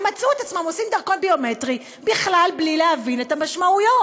הם מצאו את עצמם עושים דרכון ביומטרי בכלל בלי להבין את המשמעויות.